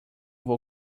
vou